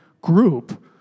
group